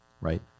right